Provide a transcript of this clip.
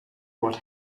what